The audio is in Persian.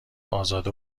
ازاده